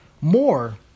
more